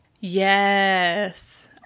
Yes